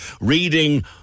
Reading